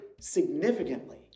significantly